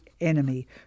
enemy